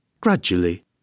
gradually